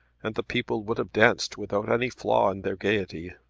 and the people would have danced without any flaw in their gaiety.